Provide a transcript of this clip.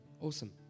Awesome